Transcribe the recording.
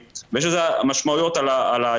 יש לזה הרבה משמעויות על בעלי עסקים בתוך הספארי.